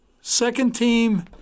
second-team